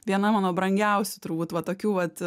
viena mano brangiausių turbūt va tokių vat